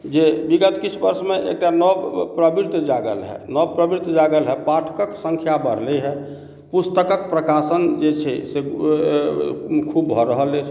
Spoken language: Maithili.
जे विगत किछु वर्षमे एकटा नव प्रवृति जागल हँ नव प्रवृति जागल हँ पाठकक सँख्या बढ़लै हँ पुस्तकक प्रकाशन जे छै से खुब भऽ रहल अछि